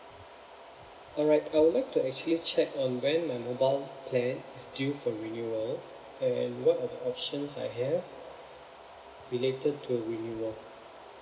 all right I would like to actually check on when my mobile plan is due for renewal and what are the options I have related to renewal